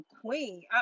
queen